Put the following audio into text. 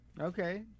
Okay